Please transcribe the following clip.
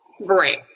Right